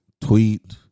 tweet